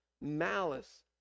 malice